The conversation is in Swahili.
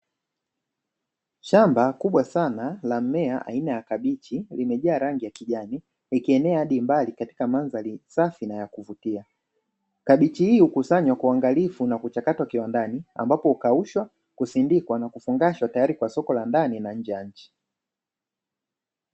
Shamba kubwa sana la mmea aina ya kabichi limejaa rangi ya kijani haikienea hadi mbali katika mandhari safi na ya kuvutia kachi hii ukusanywa kuangalia na kuchakatwa kiwandani, ambapo ukaushwa kusindikwa na kufungashwa tayari kwa soko la ndani na nje ya nchi.